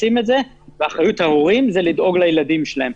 ואחריות ההורים היא לדאוג לילדים שלהם.